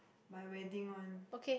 my wedding one